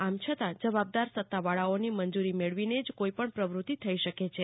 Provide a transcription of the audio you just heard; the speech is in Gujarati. આમ છતાં જવાબદાર સમાવવાઓની મંજૂરી મેળવીને જ કોઈપણ પ્રવતિ થઈ શકે છે